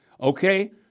Okay